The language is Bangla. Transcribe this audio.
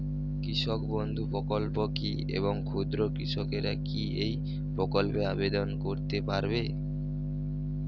কৃষক বন্ধু প্রকল্প কী এবং ক্ষুদ্র কৃষকেরা কী এই প্রকল্পে আবেদন করতে পারবে?